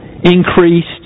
increased